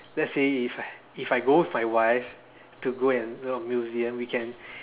let's say if I if I go with my wife to go and you know museum we can